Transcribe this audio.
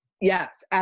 Yes